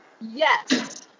Yes